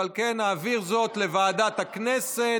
ועל כן נעביר זאת לוועדת הכנסת,